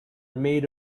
maid